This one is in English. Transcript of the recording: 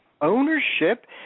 ownership